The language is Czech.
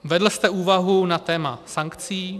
Vedl jste úvahu na téma sankcí.